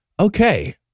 okay